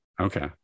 Okay